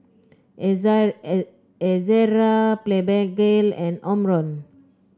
Ezerra Blephagel and Omron